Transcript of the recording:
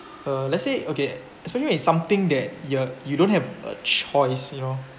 uh let's say okay especially in something that you're you don't have a choice you know